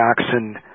Jackson